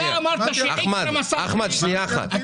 --- שנייה, אחמד, שנייה אחת.